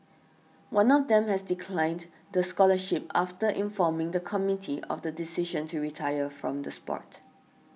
one of them has declined the scholarship after informing the committee of the decision to retire from the sport